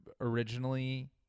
originally